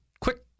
quick